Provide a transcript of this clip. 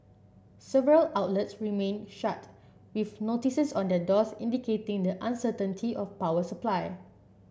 several outlets remained shut with notices on their doors indicating the uncertainty over power supply